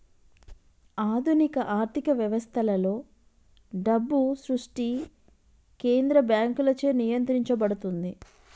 ఆధునిక ఆర్థిక వ్యవస్థలలో, డబ్బు సృష్టి కేంద్ర బ్యాంకులచే నియంత్రించబడుతుంది